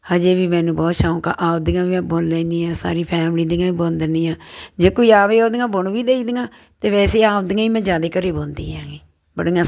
ਹਜੇ ਵੀ ਮੈਨੂੰ ਬਹੁਤ ਸ਼ੌਂਕ ਆ ਆਪਣੀਆਂ ਵੀ ਮੈਂ ਬੁਣ ਲੈਦੀ ਹਾਂ ਸਾਰੀ ਫੈਮਿਲੀ ਦੀਆਂ ਵੀ ਬੁਣ ਦਿੰਦੀ ਹਾਂ ਜੇ ਕੋਈ ਆਵੇ ਉਹਦੀਆਂ ਬੁਣ ਵੀ ਦੇਈ ਦੀਆਂ ਅਤੇ ਵੈਸੇ ਆਪਣੀਆਂ ਹੀ ਮੈਂ ਜ਼ਿਆਦਾ ਘਰ ਬੁਣਦੀ ਹਾਂ ਜੀ ਬੜੀਆਂ